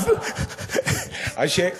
אין לי ברירה,